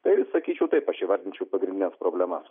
tai sakyčiau taip aš įvardinčiau pagrindines problemas